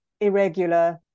irregular